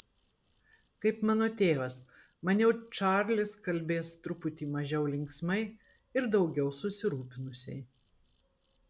kaip mano tėvas maniau čarlis kalbės truputį mažiau linksmai ir daugiau susirūpinusiai